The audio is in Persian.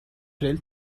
تریل